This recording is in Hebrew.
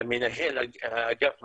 מנהל האגף המוסלמי,